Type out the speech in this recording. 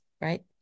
right